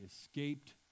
escaped